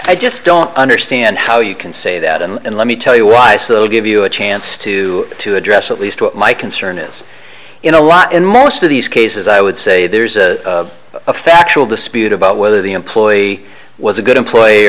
i just don't understand how you can say that and let me tell you why so give you a chance to to address at least what my concern is in a lot in most of these cases i would say there's a factual dispute about whether the employee was a good employee